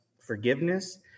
forgiveness